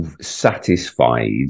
satisfied